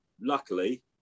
luckily